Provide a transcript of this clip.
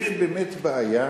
יש באמת בעיה